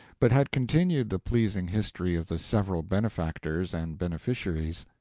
but had continued the pleasing history of the several benefactors and beneficiaries.